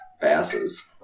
basses